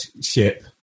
ship